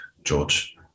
George